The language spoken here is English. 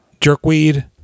jerkweed